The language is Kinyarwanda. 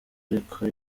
ariko